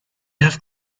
have